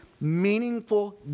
meaningful